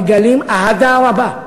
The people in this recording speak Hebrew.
מגלים אהדה רבה,